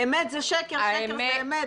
אמת זה שקר, שקר זה אמת.